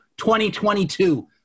2022